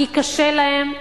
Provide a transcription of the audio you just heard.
כי קשה להם,